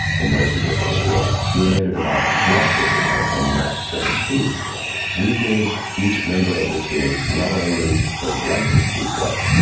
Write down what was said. and those are different skills, we made it about what is right, and not just who is right, we gave each member of the team not only the right to speak up,